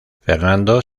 fernando